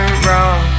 wrong